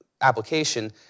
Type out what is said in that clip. application